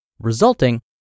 resulting